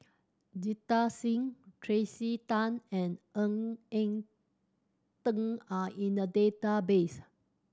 Jita Singh Tracey Tan and Ng Eng Teng are in the database